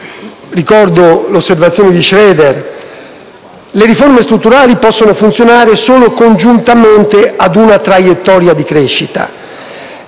Schroeder ha detto che le riforme strutturali possono funzionare solo congiuntamente ad una traiettoria di crescita.